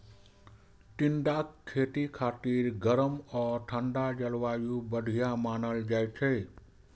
टिंडाक खेती खातिर गरम आ ठंढा जलवायु बढ़िया मानल जाइ छै